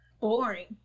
Boring